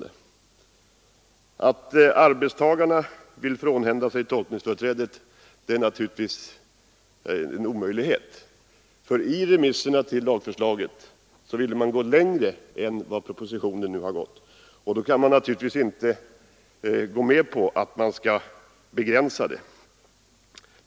Det är naturligtvis omöjligt att arbetstagarna vill frånhända sig tolkningsföreträdet, eftersom de enligt remissyttranden till lagförslaget ville gå längre än propositionen nu gjort.